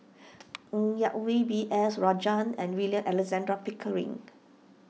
Ng Yak Whee B S Rajhans and William Alexander Pickering